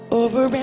over